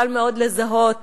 קל מאוד לזהות,